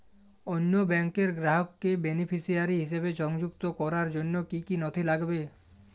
অন্য ব্যাংকের গ্রাহককে বেনিফিসিয়ারি হিসেবে সংযুক্ত করার জন্য কী কী নথি লাগবে?